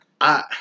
I-